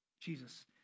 Jesus